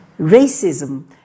Racism